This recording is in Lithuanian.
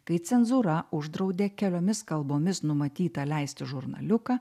kai cenzūra uždraudė keliomis kalbomis numatytą leisti žurnaliuką